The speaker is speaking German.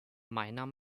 meiner